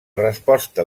resposta